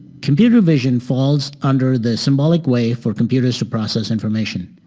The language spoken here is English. computer vision falls under the symbolic way for computers to process information.